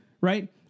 Right